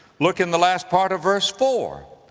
look in the last part of verse four,